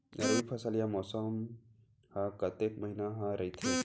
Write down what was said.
रबि फसल या मौसम हा कतेक महिना हा रहिथे?